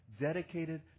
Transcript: dedicated